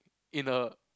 in a